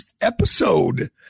episode